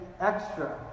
extra